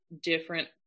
different